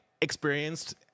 experienced